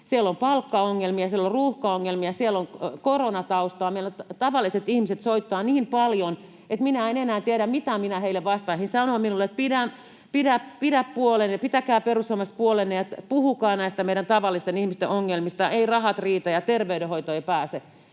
siellä on ruuhkaongelmia, siellä on koronataustaa. Meille tavalliset ihmiset soittavat niin paljon, että minä en enää tiedä, mitä minä heille vastaisin. He sanovat minulle, että pidä puolesi ja pitäkää perussuomalaiset puolenne ja puhukaa näistä meidän tavallisten ihmisten ongelmista — ei rahat riitä ja terveydenhoitoon ei pääse